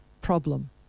problem